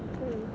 mm